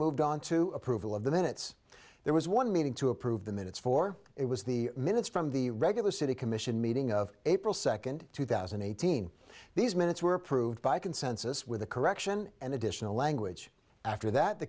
moved on to approval of the minutes there was one meeting to approve the minutes for it was the minutes from the regular city commission meeting of april second two thousand and eighteen these minutes were approved by consensus with a correction and additional language after that the